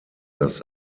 das